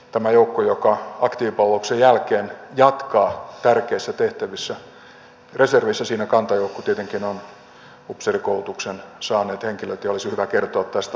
tässä joukossa joka aktiivipalveluksen jälkeen jatkaa tärkeissä tehtävissä reservissä kantajoukko tietenkin on upseerikoulutuksen saaneet henkilöt ja olisi hyvä kertoa tästä asiasta